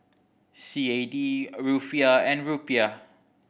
C A D Rufiyaa and Rupiah